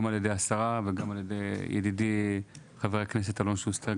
גם על ידי השרה וגם על ידי ידידי חבר הכנסת אלון שוסטר.